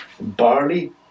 barley